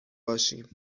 باشیم